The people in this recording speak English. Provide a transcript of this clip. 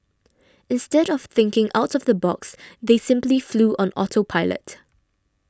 instead of thinking out of the box they simply flew on auto pilot